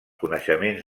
coneixements